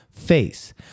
face